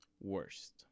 Worst